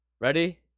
ready